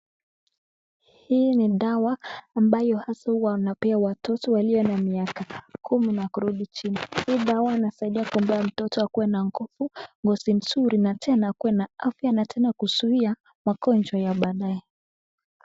Hii ni dawa ambsyo hasa huwa inapewa watoto walio na miaka kumi kurudi chini, hii dawa inasaidia kupea mtoto akuwe na nguvu, ngozi nzuri na tena akue na afya na tena kuzuia magonjwa ya baadae